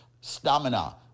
stamina